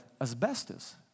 asbestos